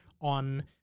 on